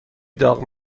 داغ